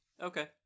okay